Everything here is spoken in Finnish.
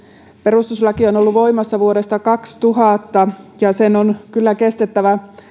perustuslaki on ollut voimassa vuodesta kaksituhatta ja sen on kyllä kestettävä